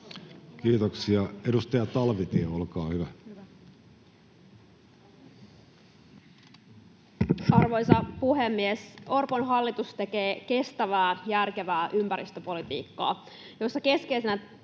Kiitoksia. — Edustaja Talvitie, olkaa hyvä. Arvoisa puhemies! Orpon hallitus tekee kestävää, järkevää ympäristöpolitiikkaa, jossa keskeisenä